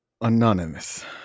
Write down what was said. anonymous